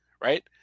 right